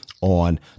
on